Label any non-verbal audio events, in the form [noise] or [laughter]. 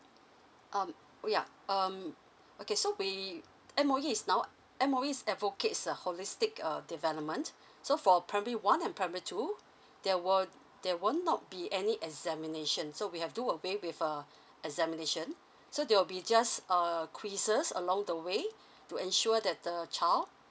um ya um okay so we M_O_E is now M_O_E's advocates a holistic err development so for primary one and primary two there won't there won't not be any examinations so we have do a way with uh examination so they will be just err quizzes along the way [breath] to ensure that the child